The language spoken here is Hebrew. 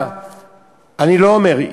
אני לא אומר,